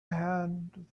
hand